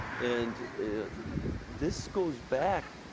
and this goes back,